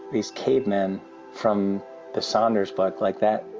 these cavemen from the saunders book, like, that,